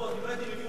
הבאתי עובדות.